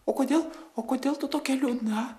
o kodėl o kodėl tu tokia liūdna